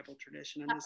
tradition